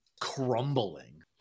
crumbling